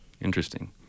interesting